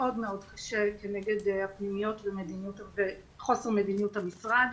מאוד קשה כנגד הפנימיות וחוסר מדיניות המשרד.